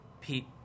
Pete